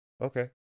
okay